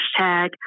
hashtag